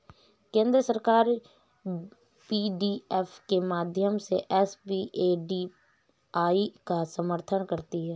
केंद्र सरकार पी.डी.एफ के माध्यम से एस.पी.ए.डी.ई का समर्थन करती है